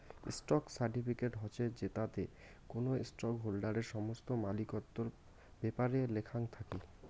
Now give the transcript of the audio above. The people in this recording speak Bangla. স্টক সার্টিফিকেট হসে জেতাতে কোনো স্টক হোল্ডারের সমস্ত মালিকত্বর ব্যাপারে লেখাং থাকি